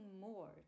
more